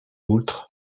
outre